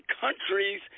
countries